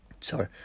sorry